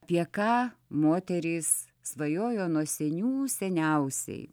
apie ką moterys svajojo nuo senių seniausiai